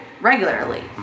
regularly